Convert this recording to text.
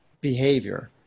behavior